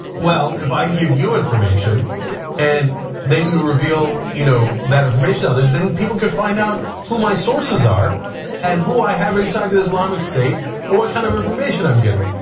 well, if i give you information and then you reveal you know that information to others, then people can find out who my sources are and who i have inside the islamic state and what kind of information i'm getting.